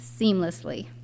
seamlessly